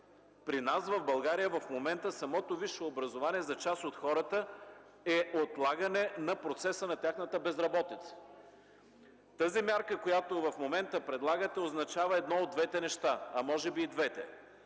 При нас в България в момента самото висше образование за част от хората е отлагане на процеса на тяхната безработица. Тази мярка, която в момента предлагате, означава едно от двете неща, а може би и двете